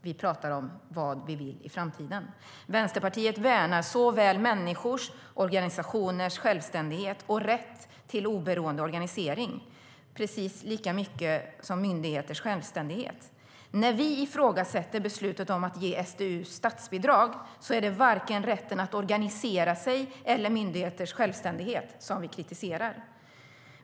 Vi talar om vad vi vill i framtiden. Vänsterpartiet värnar människors och organisationers självständighet och rätt till oberoende organisering precis lika mycket som myndigheters självständighet. När vi ifrågasätter beslutet att ge SDU statsbidrag är det varken rätten att organisera sig eller myndigheters självständighet vi kritiserar.